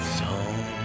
song